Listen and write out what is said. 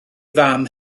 fam